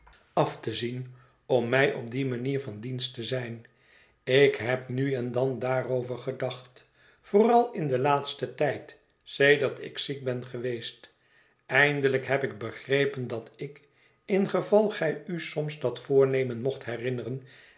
af te zien om mij op die manier van dienst te zijn ik heb nu en dan daarover gedacht vooral in den laatsten tijd sedert ik ziek ben geweest eindelijk heb ik begrepen dat ik in geval gij u soms dat voornemen mocht herinneren